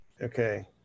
Okay